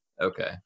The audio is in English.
Okay